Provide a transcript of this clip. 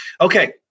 Okay